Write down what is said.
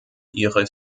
ihre